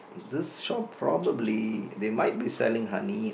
this shop probably they might be selling honey